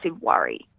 worry